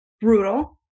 brutal